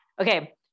Okay